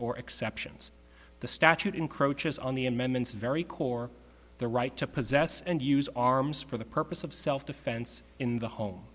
or exceptions the statute encroaches on the amendments very core the right to possess and use arms for the purpose of self defense in the home